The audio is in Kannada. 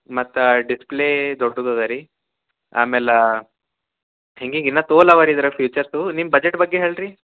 ಮತ್ತು ಡಿಸ್ಪ್ಲೇ ದೊಡ್ಡದ ಅದು ರೀ ಆಮೇಲೆ ಹಿಂಗಿಂಗೆ ಇನ್ನ ತೋಲ್ ಅವ ರೀ ಇದ್ರಾಗ ಫೀಚರ್ಸು ನಿಮ್ಮ ಬಜೆಟ್ ಬಗ್ಗೆ ಹೇಳ್ರಿ